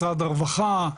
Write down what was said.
משרד הרווחה,